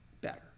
better